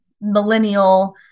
millennial